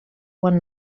one